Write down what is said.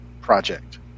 project